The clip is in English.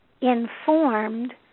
informed